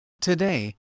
Today